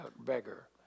beggar